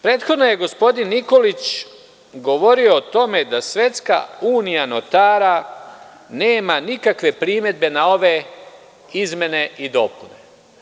Prethodno je gospodin Nikolić govorio o tome da Svetska unija notara nema nikakve primedbe na ove izmene i dopune.